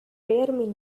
rare